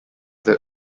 that